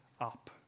up